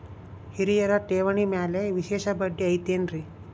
ಹಿರಿಯರ ಠೇವಣಿ ಮ್ಯಾಲೆ ವಿಶೇಷ ಬಡ್ಡಿ ಐತೇನ್ರಿ?